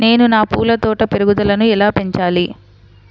నేను నా పూల తోట పెరుగుదలను ఎలా పెంచాలి?